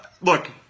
Look